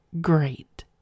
great